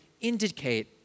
indicate